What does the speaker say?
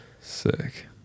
sick